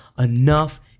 enough